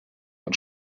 und